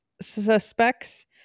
suspects